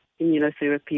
immunotherapy